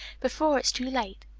before it's too late.